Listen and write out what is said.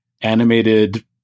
animated